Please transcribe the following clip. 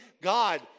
God